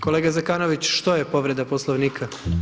Kolega Zekanović, što je povreda Poslovnika?